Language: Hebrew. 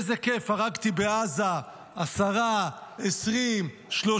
איזה כיף, הרגתי בעזה עשרה, 20, 30,